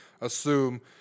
assume